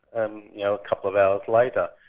and you know, a couple of hours later.